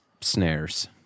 snares